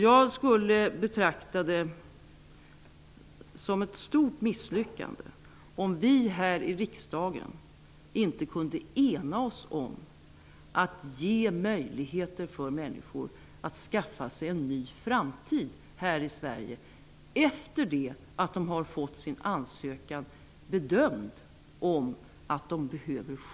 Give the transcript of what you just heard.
Jag skulle betrakta det som ett stort misslyckande om vi här i rikdagen inte kunde ena oss om att ge möjligheter för människor att skaffa sig en ny framtid här i Sverige efter att behovet av skydd i vårt land har bedömts.